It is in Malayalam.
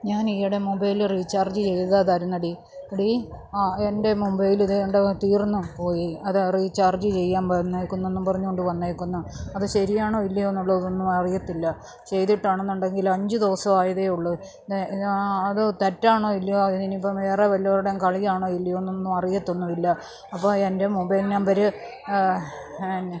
ഞാൻ ഈയിടെ മൊബൈൽ റീചാർജ് ചെയ്തതായിരുന്നു എടീ എടീ ആ എൻ്റെ മൊബൈൽ ദേ കണ്ടോ തീർന്നുപോയി അതാ റീചാർജ് ചെയ്യാൻ വന്നിരിക്കുന്നു എന്നും പറഞ്ഞുകൊണ്ട് വന്നിരിക്കുന്നു അത് ശരിയാണോ ഇല്ലയോ എന്നുള്ളതൊന്നും അറിയില്ല ചെയ്തിട്ടാണെന്നുണ്ടെങ്കിൽ അഞ്ച് ദിവസം ആയതേ ഉള്ളൂ അത് തെറ്റാണോ ഇല്ലയോ അതിന് ഇനി ഇപ്പം വേറെ വല്ലവരുടെയും കളിയാണോ ഇല്ലയോ എന്നൊന്നും അറിയാത്തൊന്നുവില്ല അപ്പോൾ എൻ്റെ മൊബൈൽ നമ്പർ എന്നാ